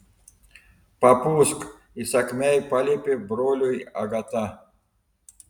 papūsk įsakmiai paliepė broliui agata